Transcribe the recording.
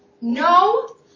No